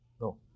No